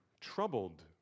troubled